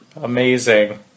Amazing